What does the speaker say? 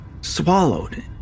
swallowed